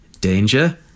danger